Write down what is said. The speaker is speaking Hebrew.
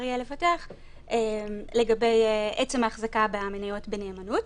יהיה לפתח לגבי עצם ההחזקה במניות בנאמנות.